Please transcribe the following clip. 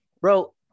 bro